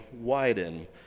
widen